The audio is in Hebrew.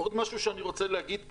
עוד משהו שאני רוצה להגיד פה: